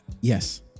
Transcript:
yes